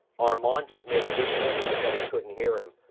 armand just made a good point if you guys couldn't hear him.